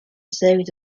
series